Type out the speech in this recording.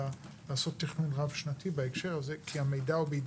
אלא לעשות תכנון רב שנתי בהקשר הזה כי המידע מי